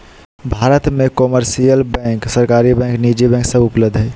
भारत मे commercial bank, सरकारी bank, निजी बैंक सब उपलब्ध हय